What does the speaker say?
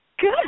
Good